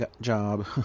job